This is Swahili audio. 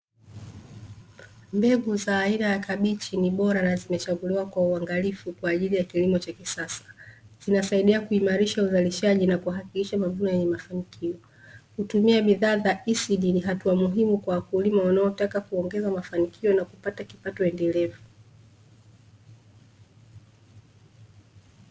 Mbegu za aina ya kabichi ni bora na zimechaguliwa kwa uangalifu kwa ajili ya kilimo cha kisasa, zinasaidia kuimarisha uzalishaji na kuhakikisha mavuno yenye mafanikio, hutumia bidhaa za isidini, hatua muhimu kwa wakulima wanaotaka kuongeza mafanikio na kupata kipato endelevu.